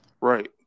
Right